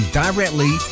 directly